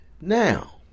Now